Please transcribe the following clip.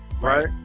right